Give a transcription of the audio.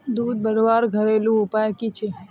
दूध बढ़वार घरेलू उपाय की छे?